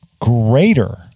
greater